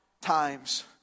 times